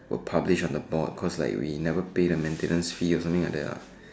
will publish on the board cause like we never pay the maintenance fee or something like that ah